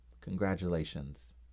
Congratulations